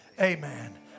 Amen